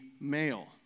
male